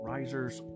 Riser's